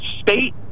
state